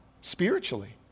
spiritually